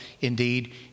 indeed